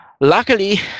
Luckily